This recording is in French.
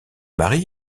marie